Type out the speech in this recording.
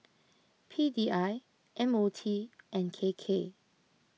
P D I M O T and K K